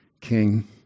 king